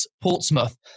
Portsmouth